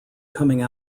coming